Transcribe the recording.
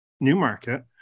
Newmarket